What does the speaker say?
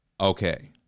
Okay